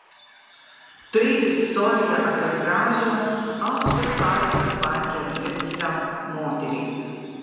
tai istorija apie gražią aukštas pareigas banke atlikusią moterį